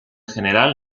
general